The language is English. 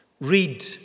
read